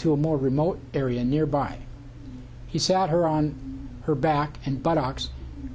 to a more remote area nearby he sat her on her back and but ox